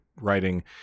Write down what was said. writing